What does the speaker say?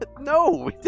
no